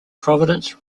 providence